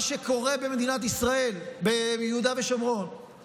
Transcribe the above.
מה שקורה ביהודה ושומרון הוא